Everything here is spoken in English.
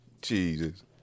Jesus